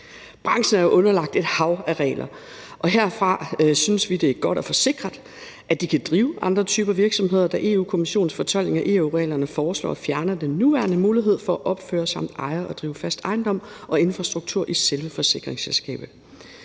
Branchen er jo underlagt et hav af regler, og herfra synes vi, det er godt at få sikret, at de kan drive andre typer virksomheder, da Europa-Kommissionens fortolkning af EU-reglerne foreslår at fjerne den nuværende mulighed for at opføre samt eje og drive fast ejendom og infrastruktur i selve forsikringsselskabet.